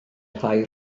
rhai